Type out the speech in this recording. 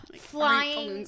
flying